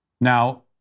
Now